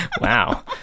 Wow